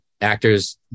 actors